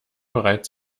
bereits